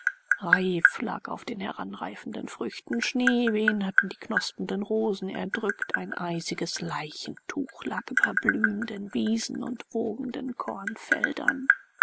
lag auf den heranreifenden früchten schneewehen hatten die knospenden rosen erdrückt ein eisiges leichentuch lag über blühenden wiesen und wogenden kornfeldern